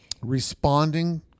Responding